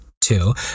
two